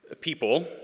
People